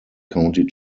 county